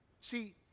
See